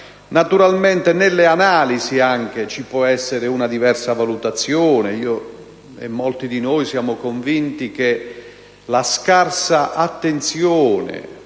Naturalmente, anche nelle analisi ci può essere una diversa valutazione. Molti di noi sono convinti che la scarsa attenzione